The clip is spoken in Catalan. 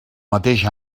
mateix